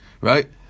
Right